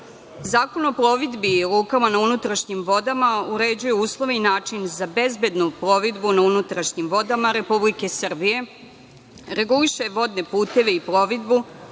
o plovidbi i lukama na unutrašnjim vodama uređuje uslove i način za bezbednu plovidbu na unutrašnjim vodama Republike Srbije, reguliše vodne puteve i plovidbu,